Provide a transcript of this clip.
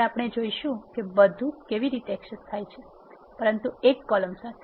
આગળ આપણે જોઈશું કે બધું કેવી રીતે એક્સેસ થાય છે પરંતુ એક કોલમ સાથે